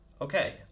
Okay